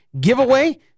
giveaway